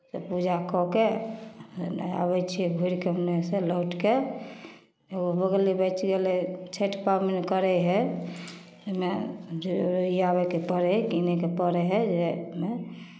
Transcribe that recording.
तऽ पूजा कऽ के तऽ आबै छियै घुरि कऽ ओन्नेसँ लौट कऽ एगो भऽ गेलै बचि गेलै छठि पाबनि करै हइ ओहिमे जोरियाबैके पड़ै हइ कीनयके पड़ै हइ जाहिमे